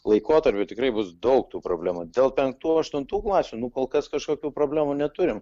laikotarpiu tikrai bus daug tų problemų dėl penktų aštuntų klasių nu kol kas kažkokių problemų neturim